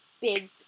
big